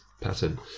pattern